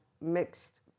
mixed